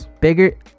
bigger